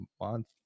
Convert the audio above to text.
month